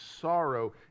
sorrow